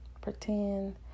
pretend